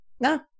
No